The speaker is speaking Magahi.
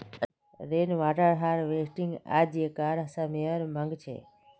रेन वाटर हार्वेस्टिंग आज्कार समयेर मांग छे